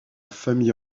famille